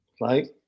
right